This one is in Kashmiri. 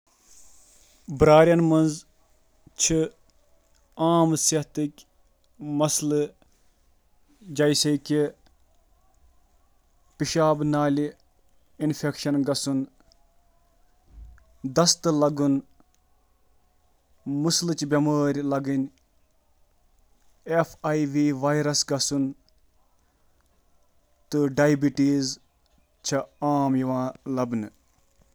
بیٛارِ ہیٚکن صحتٕکۍ مُختٔلِف مسلَن ہُنٛد شکار گٔژھِتھ، یِمَن منٛز دنٛدن ہٕنٛز بٮ۪مٲرۍ، F I V, F E L V, heart worm تہٕ باقی بٮ۪مارِ شٲمِل چھِ۔